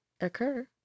Occur